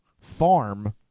farm